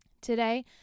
Today